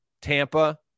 Tampa